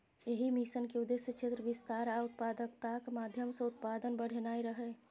एहि मिशन के उद्देश्य क्षेत्र विस्तार आ उत्पादकताक माध्यम सं उत्पादन बढ़ेनाय रहै